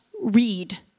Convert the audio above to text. read